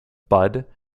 bud